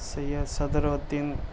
سید صدر الدّین